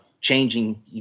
changing